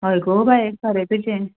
हय गो बाये खरें तुजें